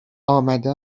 آمده